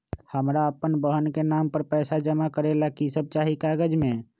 हमरा अपन बहन के नाम पर पैसा जमा करे ला कि सब चाहि कागज मे?